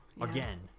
Again